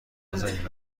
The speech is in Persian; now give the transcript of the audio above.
نازنین